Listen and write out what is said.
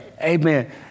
Amen